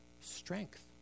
strength